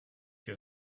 your